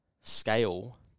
scale